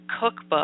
cookbook